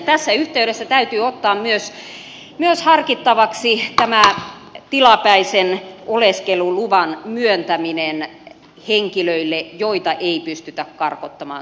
tässä yhteydessä täytyy ottaa myös harkittavaksi tämä tilapäisen oleskeluluvan myöntäminen henkilöille joita ei pystytä karkottamaan